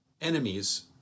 enemies